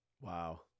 Wow